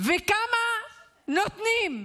וכמה נותנים?